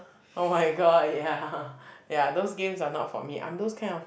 oh-my-god ya ya those games are not for me I'm those kind of